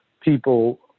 people